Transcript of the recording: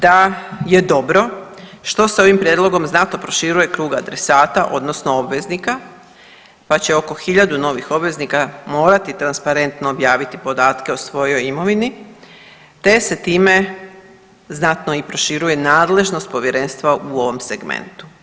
Smatram da je dobro što se ovim prijedlogom znatno proširuje krug adresata odnosno obveznika pa će oko 1000 novih obveznika morati transparentno objaviti podatke o svojoj imovini te se time znatno i proširuje nadležnost povjerenstva u ovom segmentu.